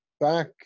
back